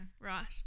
Right